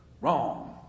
Wrong